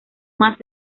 más